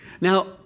Now